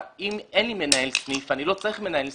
אם אין לי מנהל סניף, אני לא צריך מנהל סניף,